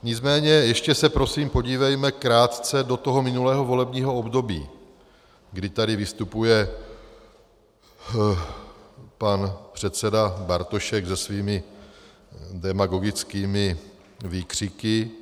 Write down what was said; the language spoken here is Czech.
Nicméně ještě se prosím podívejme krátce do toho minulého volebního období, kdy tady vystupuje pan předseda Bartošek se svými demagogickými výkřiky.